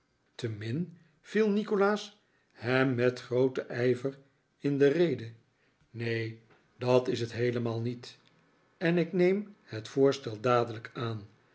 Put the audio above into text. viel nikolaas hem met grooten ijver in de rede neen dat is het heelemaal niet en ik neem het voorstel dadelijk aan